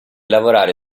lavorare